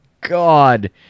God